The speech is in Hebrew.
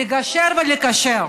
לגשר ולקשר.